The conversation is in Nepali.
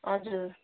हजुर